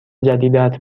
جدیدت